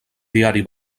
diari